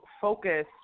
focus